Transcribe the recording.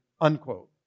unquote